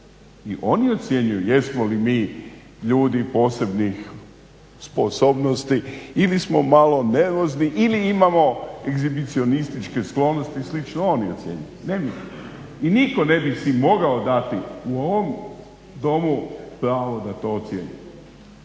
i oni ocjenjuju jesmo li mi ljudi posebnih sposobnosti ili smo malo nervozni ili imamo egzibicionističke sklonosti i slično, oni ocjenjuju, ne mi. I nitko si ne bi mogao dati u ovom Domu pravo da to ocjenjuje.